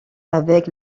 avec